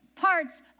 parts